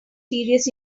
serious